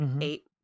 eight